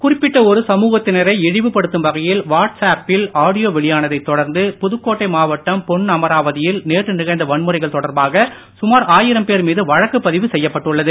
குறிப்பிட்ட ஒரு சமூகத்தினரை இழிவு படுத்தும் வகையில் வாட்ஸ்அப் பில் ஆடியோ வெளியானதைத் தொடர்ந்து புதுக்கோட்டை மாவட்டம் பொன்னமராவதி யில் நேற்று நிகழ்ந்த வன்முறைகள் தொடர்பாக சுமார் ஆயிரம் பேர் மீது வழக்கு பதிவு செய்யப்பட்டுள்ளது